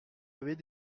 avez